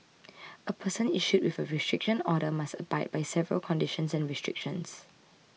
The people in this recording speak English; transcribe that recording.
a person issued with a restriction order must abide by several conditions and restrictions